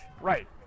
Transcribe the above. Right